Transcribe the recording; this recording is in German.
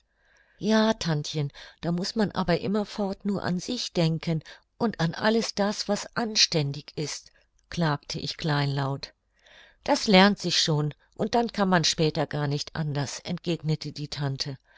ja tantchen da muß man aber immerfort nur an sich denken und an alles das was anständig ist klagte ich kleinlaut das lernt sich schon und dann kann man später gar nicht anders entgegnete die tante